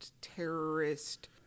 terrorist